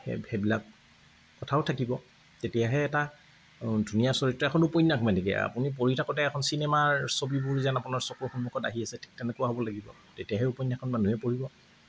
সেইবিলাক কথাও থাকিব তেতিয়াহে এটা ধুনীয়া চৰিত্ৰৰ এখন উপন্যাস মানে কি আপুনি পঢ়ি থাকোঁতে এখন চিনেমাৰ ছবিবোৰ যেন আপোনাৰ চকুৰ সন্মুখত আহি আছে ঠিক তেনেকুৱা হ'ব লাগিব তেতিয়াহে উপন্যাসখন মানুহে পঢ়িব